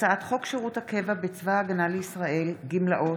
הצעת חוק שירות הקבע בצבא ההגנה לישראל (גמלאות)